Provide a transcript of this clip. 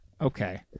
Okay